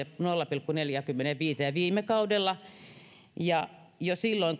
nolla pilkku neljäänkymmeneenviiteen viime kaudella jo silloin